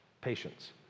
Patience